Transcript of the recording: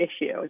issue